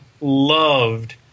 loved